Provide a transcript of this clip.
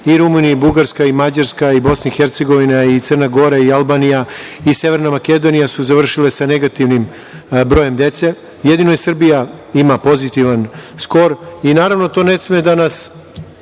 i Rumunija, i Bugarska, i Mađarska, i Bosna i Hercegovina, i Crna Gora, i Albanija, i Severna Makedonija, su završile sa negativnim brojem dece. Jedino Srbija ima pozitivan skor i naravno da to ne sme da nas